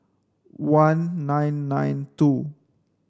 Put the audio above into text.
one nine nine two